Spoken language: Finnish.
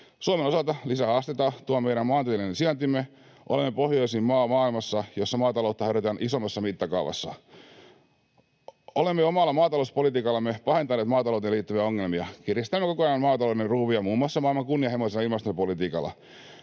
Suomen osalta lisähaastetta tuo meidän maantieteellinen sijaintimme. Olemme maailmassa pohjoisin maa, jossa maataloutta harjoitetaan isommassa mittakaavassa. Olemme omalla maatalouspolitiikallamme pahentaneet maatalouteen liittyviä ongelmia kiristäen koko ajan maatalouden ruuvia muun muassa maailman kunnianhimoisimmalla ilmastopolitiikalla.